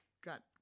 got